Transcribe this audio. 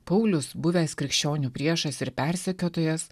paulius buvęs krikščionių priešas ir persekiotojas